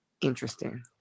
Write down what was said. interesting